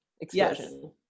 explosion